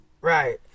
Right